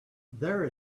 there